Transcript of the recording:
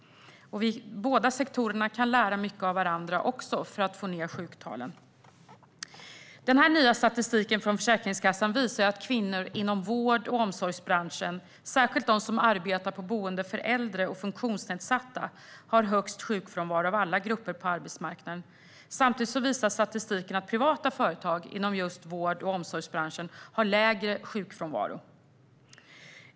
Båda sektorer kan också lära mycket av varandra för att få ned sjuktalen. Den nya statistiken från Försäkringskassan visar att kvinnor inom vård och omsorgsbranschen, särskilt de som arbetar på boenden för äldre och funktionsnedsatta, har högst sjukfrånvaro av alla grupper på arbetsmarknaden. Samtidigt visar statistiken att privata företag inom just vård och omsorgsbranschen har lägre sjukfrånvaro.